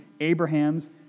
Abraham's